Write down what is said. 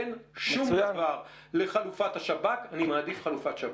בין שום דבר לחלופת השב"כ אני מעדיף את חלופת השב"כ.